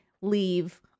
leave